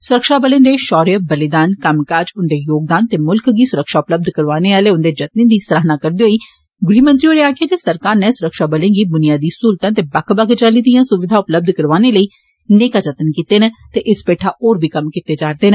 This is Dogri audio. सुरक्षाबलें दे षौर्य बलिदान कम्म काज उन्दे योगदान ते मुल्ख गी सुरक्षा उपलब्ध करवाने आले उन्दे जतनें दी सराहना करदे होई गृहमंत्री होरें आक्खेआ जे सरकार नै सुरक्षाबलें गी बुनियादी सहूलतां ते बक्ख बक्ख चाली दियां सुविधा उपलब्ध करवाने लेई नेकां जतन कीते न ते इस पैठा होर बी कम्म कीता जारदा ऐ